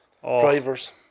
drivers